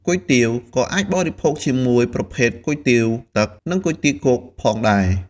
គុយទាវក៏អាចបរិភោគជាប្រភេទគុយទាវទឹក និង គុយទាវគោកផងដែរ ។